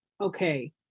okay